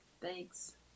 Thanks